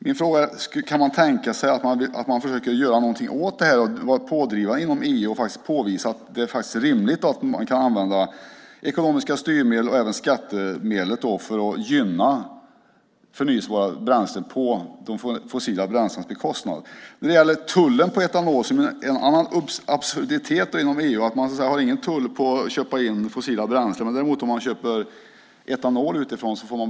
Min fråga är: Kan man tänka sig att försöka göra någonting åt det här, vara pådrivande inom EU och påvisa att det faktiskt är rimligt att använda styrmedel, även skattemedlet, för att gynna förnybara bränslen på de fossila bränslenas bekostnad? Tullen på etanol är en annan absurditet inom EU. Det är ingen tull när man köper in fossila bränslen, däremot om man köper etanol utifrån.